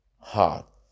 heart